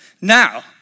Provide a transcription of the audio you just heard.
Now